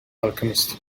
alchemist